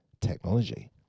technology